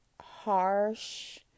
harsh